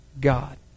God